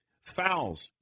Fouls